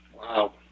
Wow